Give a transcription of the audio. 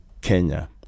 Kenya